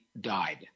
died